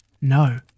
No